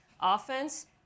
offense